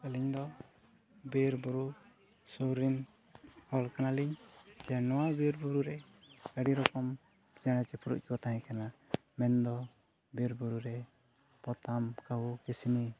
ᱟᱹᱞᱤᱧ ᱫᱚ ᱵᱤᱨᱼᱵᱩᱨᱩ ᱥᱩᱨ ᱨᱮᱱ ᱦᱚᱲ ᱠᱟᱱᱟᱞᱤᱧ ᱡᱮ ᱱᱚᱣᱟ ᱵᱤᱨᱼᱵᱩᱨᱩ ᱨᱮ ᱟᱹᱰᱤ ᱨᱚᱠᱚᱢ ᱪᱮᱬᱮ ᱪᱤᱯᱨᱩᱫ ᱠᱚ ᱛᱟᱦᱮᱸ ᱠᱟᱱᱟ ᱢᱮᱱᱫᱚ ᱵᱤᱨᱼᱵᱩᱨᱩ ᱨᱮ ᱯᱚᱛᱟᱢ ᱠᱟᱺᱦᱩ ᱠᱤᱥᱱᱤ